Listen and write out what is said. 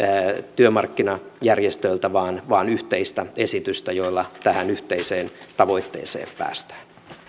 työmarkkinajärjestöiltä vaan vaan yhteistä esitystä jolla tähän yhteiseen tavoitteeseen päästään